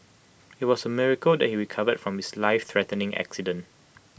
IT was A miracle that he recovered from his lifethreatening accident